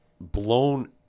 blown